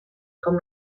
com